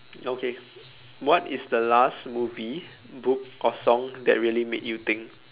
okay what is the last movie book or song that really made you think